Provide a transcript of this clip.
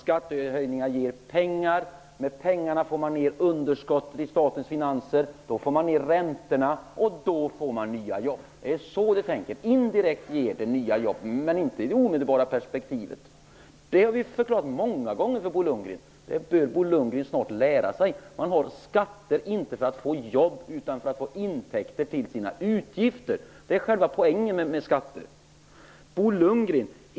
Skattehöjningar ger pengar. Med pengarna får man ned underskottet i statens finanser. Då får man ned räntorna. Då får man nya jobb. Det är så vi tänker. Indirekt ger det nya jobb, men inte i det omedelbara perspektivet. Det har vi förklarat många gånger för Bo Lundgren. Det bör Bo Lundgren snart lära sig. Man har inte skatter för att få jobb, utan för att få intäkter till sina utgifter. Det är själva poängen med skatter.